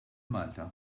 malta